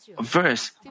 verse